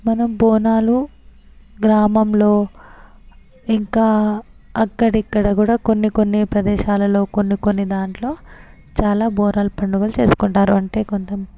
మనం బోనాలు గ్రామంలో ఇంకా అక్కడిక్కడ కూడా కొన్ని కొన్ని ప్రదేశాలలో కొన్ని కొన్ని దాంట్లో చాలా బోనాల పండుగలు చేసుకుంటారు అంటే కొంత